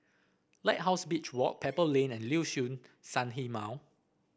Lighthouse Beach Walk Pebble Lane and Liuxun Sanhemiao